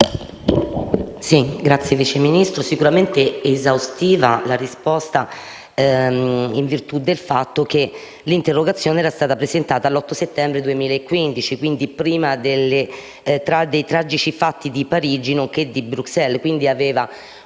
Signor Vice Ministro, sicuramente esaustiva la risposta, in virtù del fatto che l'interrogazione è stata presentata l'8 settembre 2015, quindi prima dei tragici fatti di Parigi nonché di Bruxelles.